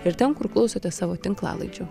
ir ten kur klausote savo tinklalaidžių